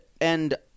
and-